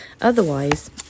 Otherwise